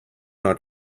not